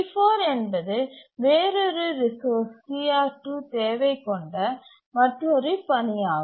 T4 என்பது வேறொரு resource CR2 தேவை கொண்ட மற்றொரு பணியாகும்